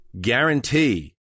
guarantee